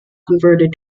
converted